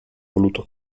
voluto